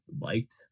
liked